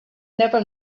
never